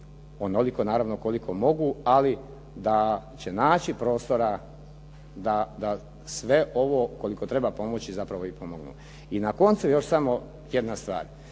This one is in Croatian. Onoliko naravno koliko mogu ali da će naći prostora da sve ovo koliko treba pomoći zapravo i pomognu. I na koncu još samo jedna stvar.